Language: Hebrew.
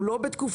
הוא לא בתקופתך,